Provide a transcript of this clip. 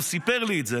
הוא סיפר לי את זה,